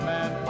Man